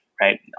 right